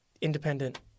independent